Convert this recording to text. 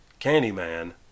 Candyman